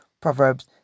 Proverbs